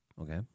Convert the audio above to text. Okay